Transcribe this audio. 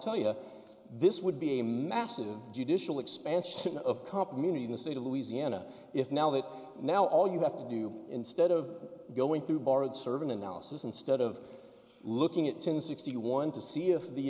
tell you this would be a massive judicial expansion of comp meaning in the state of louisiana if now that now all you have to do instead of going through borrowed servant analysis instead of looking at ten sixty one to see if the